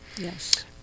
yes